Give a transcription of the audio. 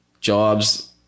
jobs